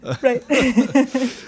Right